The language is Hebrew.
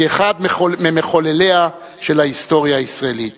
כאחד ממחולליה של ההיסטוריה הישראלית.